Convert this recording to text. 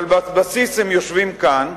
אבל בבסיס הם יושבים כאן,